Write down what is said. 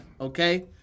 Okay